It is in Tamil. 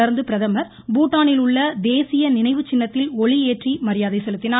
தொடர்ந்து பிரதமர் பூடானில் உள்ள தேசிய நினைவு சின்னத்தில் ஒளியேற்றி மரியாதை செலுத்தினார்